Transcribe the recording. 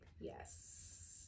Yes